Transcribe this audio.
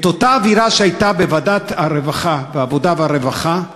את אותה אווירה שהייתה בוועדת העבודה והרווחה,